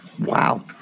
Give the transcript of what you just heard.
Wow